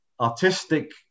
artistic